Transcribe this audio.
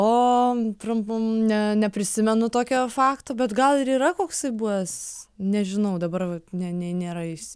o trum pum ne neprisimenu tokio fakto bet gal ir yra koksai buvęs nežinau dabar ne ne nėra jis